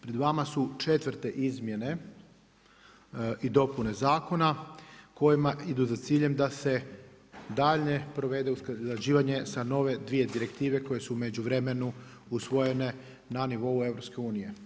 Pred vama su četvrte izmjene i dopune zakona kojima idu za ciljem da se daljnje provede usklađivanje sa nove dvije direktive koje su u međuvremenu usvojene na nivou EU.